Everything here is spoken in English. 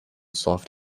soft